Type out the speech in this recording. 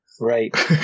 Right